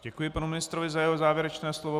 Děkuji panu ministrovi za jeho závěrečné slovo.